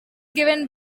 given